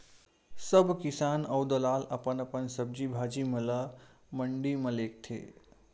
सब किसान अऊ दलाल अपन अपन सब्जी भाजी म ल मंडी म लेगथे